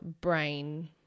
brain